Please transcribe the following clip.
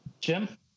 Jim